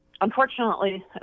Unfortunately